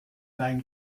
dein